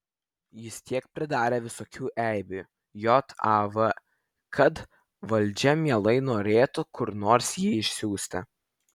jis tiek pridarė visokių eibių jav kad valdžia mielai norėtų kur nors jį išsiųsti